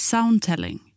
Soundtelling